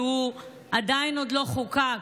שעדיין לא חוקק,